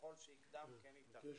ככל שייקדם, כן ייטב.